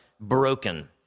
broken